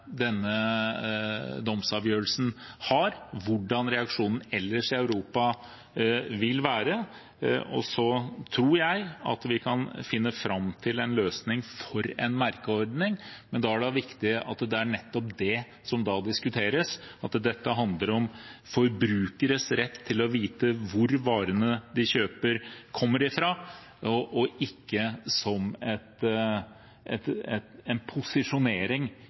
denne domsavgjørelsen har, hvordan reaksjonene ellers i Europa vil være. Jeg tror også vi kan finne fram til en løsning for en merkeordning, men da er det viktig at det er nettopp det som diskuteres – at dette handler om forbrukeres rett til å vite hvor varene de kjøper, kommer fra, og ikke om en posisjonering i en